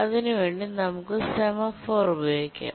അതിന് വേണ്ടി നമുക്ക് സെമഫോർ ഉപയോഗിക്കാം